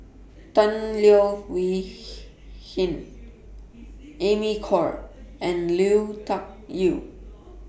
Tan Leo Wee Hin Amy Khor and Lui Tuck Yew